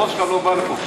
הבוס שלך לא בא לפה.